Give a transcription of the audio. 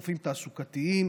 רופאים תעסוקתיים,